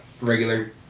regular